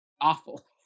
awful